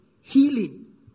healing